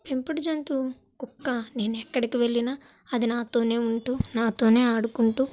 పెంపుడు జంతువు కుక్క నేను ఎక్కడికి వెళ్లిన అది నాతోనే ఉంటూ నా తోనే ఆడుకుంటూ